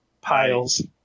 Piles